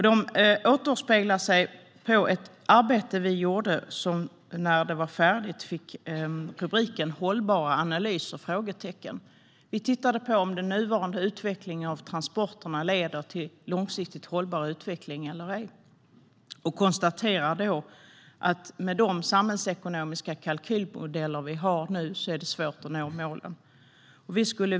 Det återspeglar ett arbete vi gjorde som fick rubriken Hållbara analyser? när det var färdigt. Vi tittade på om den nuvarande utvecklingen av transporterna leder till långsiktigt hållbar utveckling eller ej och konstaterade att det med de samhällsekonomiska kalkylmodeller vi nu har är svårt att nå målen.